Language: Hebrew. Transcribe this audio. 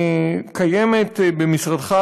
קיימת במשרדך,